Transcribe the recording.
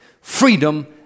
freedom